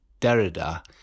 Derrida